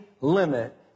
limit